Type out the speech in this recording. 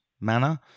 manner